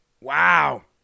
Wow